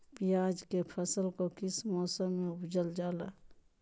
प्याज के फसल को किस मौसम में उपजल जाला?